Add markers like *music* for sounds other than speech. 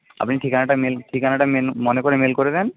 আপনি ঠিকানাটা *unintelligible* ঠিকানাটা *unintelligible* মনে করে মেল করে দেন